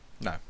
No